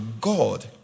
god